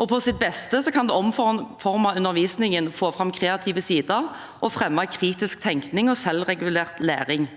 og på sitt beste kan det omforme undervisningen, få fram kreative sider og fremme kritisk tenkning og selvregulert læring.